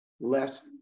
less